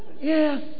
yes